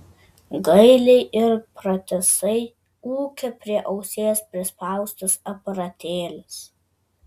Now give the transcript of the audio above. gailiai ir pratisai ūkia prie ausies prispaustas aparatėlis